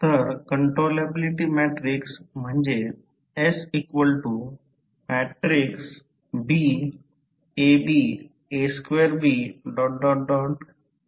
तर controllability matrix म्हणजे SBABA2BAn 1B